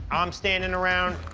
um standing around.